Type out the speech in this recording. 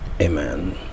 Amen